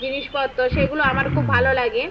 জিনিসপত্র সেগুলো আমার খুব ভালো লাগে